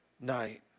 night